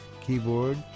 keyboard